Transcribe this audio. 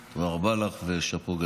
תודה רבה לך, ושאפו גדול.